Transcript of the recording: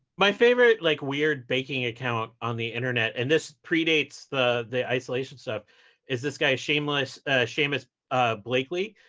my favorite, like, weird baking account on the internet and this predates the the isolation stuff is this guy seamus seamus ah blackley,